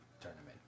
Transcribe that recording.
Tournament